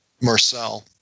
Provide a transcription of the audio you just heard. Marcel